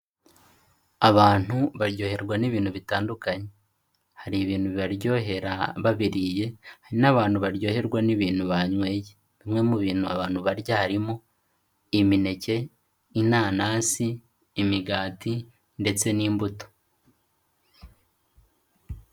Abantu baryoherwa n'ibintu bitandukanye, hari ibintu bibaryohera babiriye, hari n'abantu baryoherwa n'ibintu banyweye. Bimwe mu bintu abantu barya harimo: imineke, inanasi, imigati, ndetse n'imbuto.